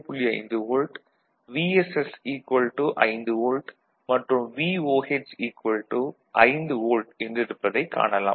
5 volt VSS 5 volt மற்றும் VOH 5 volt என்றிருப்பதைக் காணலாம்